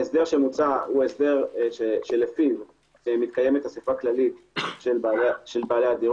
ההסדר שמוצע הוא ההסדר שלפיו מתקיימת אסיפה כללית של בעלי הדירות.